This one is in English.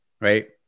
right